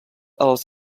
els